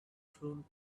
thrown